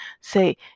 say